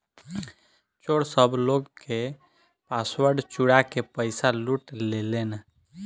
चोर सब लोग के पासवर्ड चुरा के पईसा लूट लेलेन